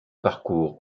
parcours